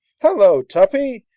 hallo, tuppy!